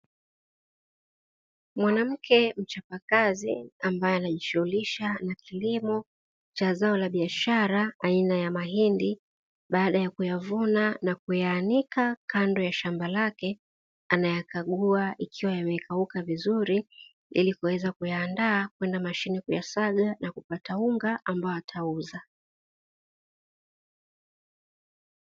Mwanamke mchapakazi ambaye anajishughulisha na kilimo cha zao la biashara aina ya mahindi, baada ya kuvuna na kuyaanika kando ya shamba lake, anayakagua ikiwa yamekauka vizuri ili kuweza kuyaandaa, kwenda madhine kuyasaga na kupata unga ambao atauza.